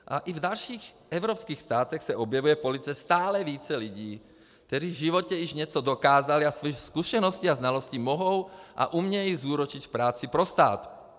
A i v dalších evropských státech se objevuje v politice stále více lidí, kteří v životě již něco dokázali a svoje zkušenosti a znalosti mohou a umějí zúročit v práci pro stát.